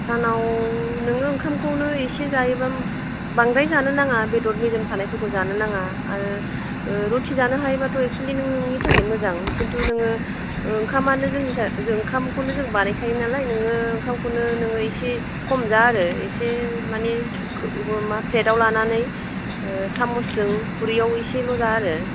सानाव नोङो ओंखामखौनो एसे जायोबा बांद्राय जानो नाङा बेदर मेजेम थानायफोरखौ जानो नाङा आरो रुटि जानो हायोबाथ' एकसुयेलि नों नोंनि थाखायनो मोजां खिन्थु नोङो ओंखामानो जोंनि थाखाय जों ओंखामखौनो बानायखायो नालाय नोङो ओंखामखौनो नोङो इसे खम जा आरो इसे मानि मा प्लेटाव लानानै सामुचजों खुरैयाव एसेल' जा आरो